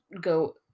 go